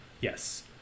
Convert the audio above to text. Yes